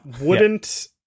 Wouldn't-